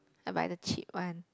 I buy the cheap one